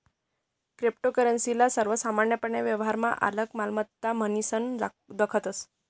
cryptocurrency ले सर्वसामान्यपने व्यवहारमा आलक मालमत्ता म्हनीसन दखतस